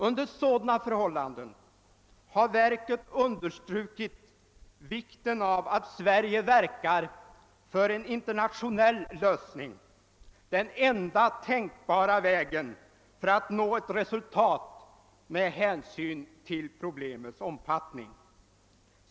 Under sådana förhållanden har verket understrukit vikten av att Sverige verkar för en internationell lösning, den enda tänkbara vägen att nå ett resultat med hänsyn till problemets omfattning.